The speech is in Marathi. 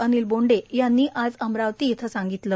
अनिल बोंडे यांनी आज अमरावती इथं सांगितले